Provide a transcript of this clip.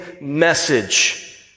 message